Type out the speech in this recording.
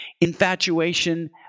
Infatuation